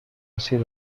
sido